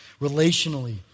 relationally